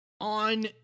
On